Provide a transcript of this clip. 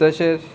तशेंच